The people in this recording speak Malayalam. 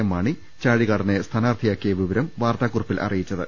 എം മാണി ചാഴികാടനെ സ്ഥാനാർഥിയാക്കിയ വിവരം വാർത്താകുറിപ്പിൽ അറിയിച്ചത്